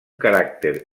caràcter